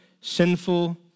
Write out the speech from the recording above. sinful